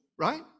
right